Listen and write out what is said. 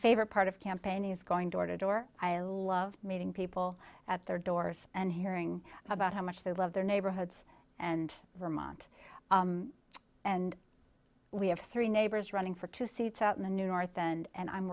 favorite part of campaigning is going door to door i love meeting people at their doors and hearing about how much they love their neighborhoods and vermont and we have three neighbors running for two seats out in the new north and